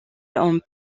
homme